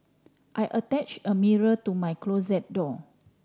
I attach a mirror to my closet door